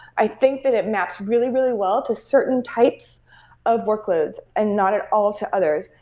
i think that it match really, really well to certain types of workloads and not at all to others.